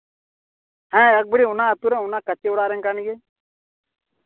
ᱦᱮᱸ ᱮᱠᱵᱟᱨᱮ ᱚᱱᱟ ᱟᱹᱛᱩᱨᱮ ᱚᱱᱟ ᱠᱟᱪᱷᱮ ᱚᱲᱟᱜ ᱨᱮᱱ ᱠᱟᱱ ᱜᱤᱭᱟᱹᱧ